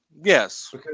Yes